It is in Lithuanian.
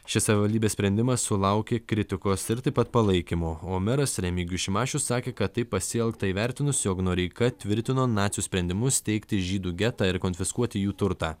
šis savivaldybės sprendimas sulaukė kritikos ir taip pat palaikymo o meras remigijus šimašius sakė kad taip pasielgta įvertinus jog noreika tvirtino nacių sprendimus steigti žydų getą ir konfiskuoti jų turtą